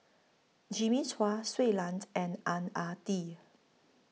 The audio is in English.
Jimmy Chua Shui Lan and Ang Ah Tee